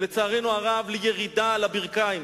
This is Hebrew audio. לצערנו הרב, לירידה על הברכיים.